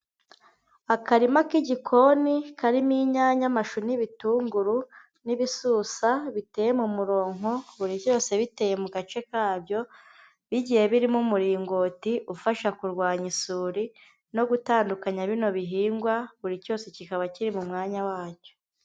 Akarima k'igikoni karimo inyanya, amashu n'ibitunguru, n'ibisusa biteye mu muronko, buri cyose biteye mu gace kabyo bigiye birimo umuringoti, ufasha kurwanya isuri no gutandukanya bino bihingwa, buri cyose kikaba kiri mu mwanya wacyo.